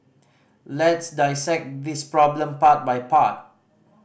let's dissect this problem part by part